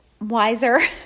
wiser